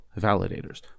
validators